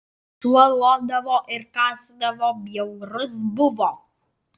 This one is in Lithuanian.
šuo lodavo ir kąsdavo bjaurus buvo